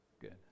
Good